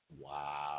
Wow